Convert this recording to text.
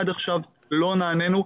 עד עכשיו לא נענינו.